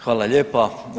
Hvala lijepa.